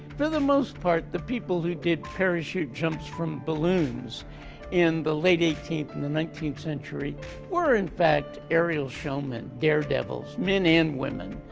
for the most part, the people who did parachutes jumps from balloons in the late eighteenth and the nineteenth century were, in fact, aerial showmen. daredevils, men and women,